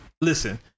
listen